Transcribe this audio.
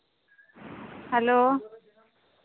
hello